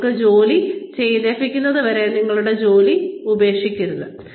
നിങ്ങൾക്ക് മറ്റൊരു ജോലി ലഭിക്കുന്നതുവരെ നിങ്ങളുടെ ജോലി ഉപേക്ഷിക്കരുത്